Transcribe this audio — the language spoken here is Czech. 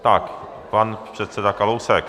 Tak pan předseda Kalousek.